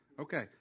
Okay